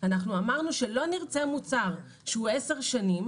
אנחנו אמרנו שלא נרצה מוצר שהוא עשר שנים,